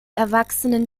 erwachsenen